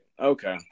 Okay